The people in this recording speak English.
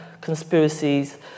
conspiracies